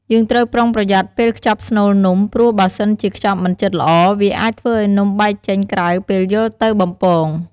យើងត្រូវប្រុងប្រយ័ត្នពេលខ្ចប់ស្នូលនំ ព្រោះបើសិនជាខ្ចប់មិនជិតល្អ វាអាចធ្វើឱ្យនំបែកចេញក្រៅពេលយកទៅបំពង។